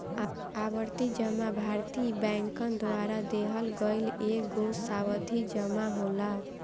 आवर्ती जमा भारतीय बैंकन द्वारा देहल गईल एगो सावधि जमा होला